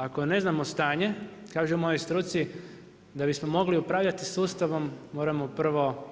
Ako ne znamo stanje kaže u mojoj struci, da bismo mogli upravljati sustavom moramo prvo